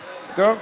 רק,